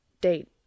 Date